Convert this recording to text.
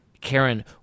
Karen